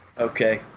Okay